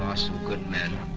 ah some good men,